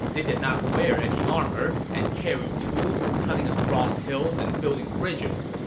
they did not wear any armor and carried tools for cutting across hills and building bridges.